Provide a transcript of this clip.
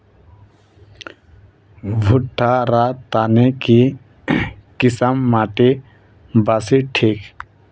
भुट्टा र तने की किसम माटी बासी ठिक?